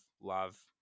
love